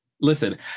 listen